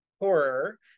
horror